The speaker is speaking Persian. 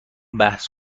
بحث